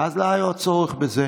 ואז לא היה צורך בזה.